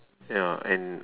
ya and